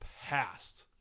past